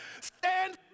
stand